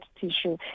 tissue